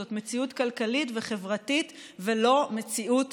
זאת מציאות כלכלית וחברתית ולא מציאות